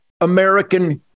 American